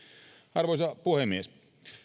arvoisa puhemies